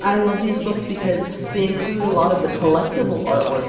i love these books because they include a lot of the collectible artwork